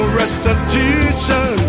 restitution